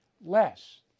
less